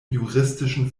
juristischen